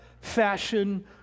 fashion